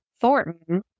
Thornton